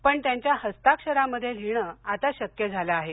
पण त्यांच्या हस्ताक्षरामध्ये लिहिण आता शक्य झाले आहे